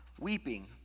weeping